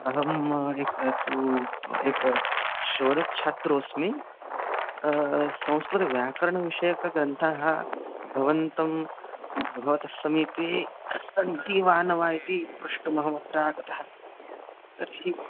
अहम् एकः तु प् एकः शोधच्छात्रोऽस्मि संस्कृतव्याकरणविषयकग्रन्थाः भवन्तः भवतस्समीपे सन्ति वा न वा इति प्रष्टुमहमत्रागतः तर्हि